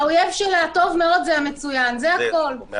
האויב של הטוב מאוד זה המצוין, זה הכול.